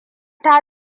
ta